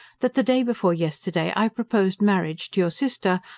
that the day before yesterday i proposed marriage to your sister,